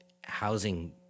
housing